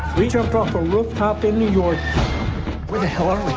we jumped off a roof top in new york where the hell are we?